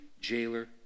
jailer